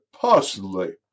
personally